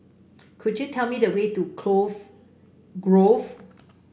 could you tell me the way to Cove Grove